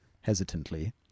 hesitantly